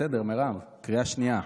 בסדר, מירב, קריאה שנייה.